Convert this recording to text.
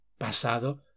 pasado